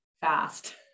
fast